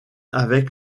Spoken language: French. avec